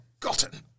forgotten